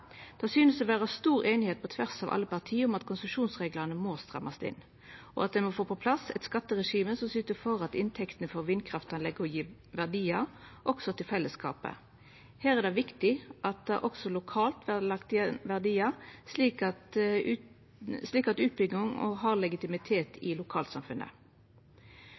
Det synest å vera stor einigheit på tvers av alle parti om at konsesjonsreglane må strammast inn, og at ein må få på plass eit skatteregime som syter for at inntektene frå vindkraftanlegga gjev verdiar også til fellesskapet. Her er det viktig at det også lokalt vert lagt igjen verdiar, slik at utbygging òg har legitimitet i lokalsamfunnet.